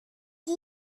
die